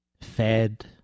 Fed